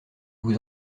vous